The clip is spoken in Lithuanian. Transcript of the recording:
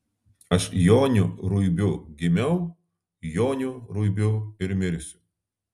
aš joniu ruibiu gimiau joniu ruibiu ir mirsiu